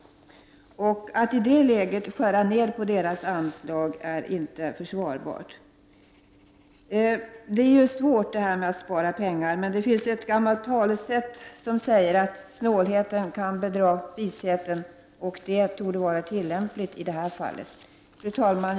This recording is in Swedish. Att i det läget skära ned anslaget till denna verksamhet är inte försvarbart. Det är ju svårt att spara pengar, men det finns ett gammalt talesätt som säger att snålheten bedrar visheten; det talesättet är tillämpligt i det här sammanhanget. Fru talman!